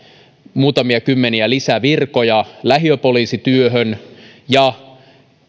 muutamia kymmeniä lisävirkoja lähiöpoliisityöhön ja